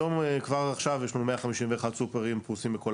כבר עכשיו יש לנו 151 סופרים פרוסים בכל